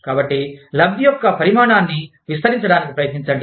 కాబట్టి లబ్ది యొక్క పరిమాణాన్ని విస్తరించడానికి ప్రయత్నించండి